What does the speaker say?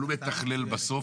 אבל הוא מתכלל בסוף.